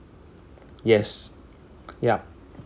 yeah yup uh